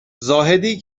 زاهدی